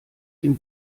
dem